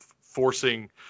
forcing